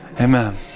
amen